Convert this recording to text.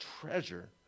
treasure